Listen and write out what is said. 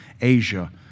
Asia